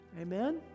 amen